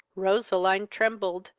roseline trembled,